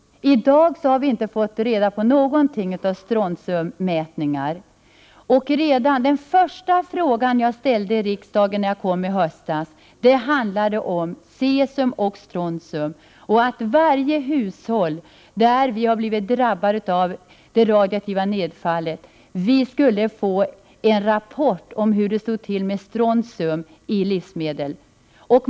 I dag har vi inte fått reda på någonting om strontiummätningar. Den första fråga jag ställde när jag kom till riksdagen i höstas handlade om cesium och strontium. Jag menade att varje hushåll som hade blivit drabbat av det radioaktiva nedfallet skulle få en rapport om hur det förhåller sig i fråga om strontium i livsmedlen.